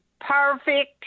perfect